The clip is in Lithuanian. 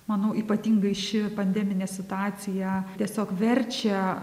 manau ypatingai ši pandeminė situacija tiesiog verčia